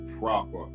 proper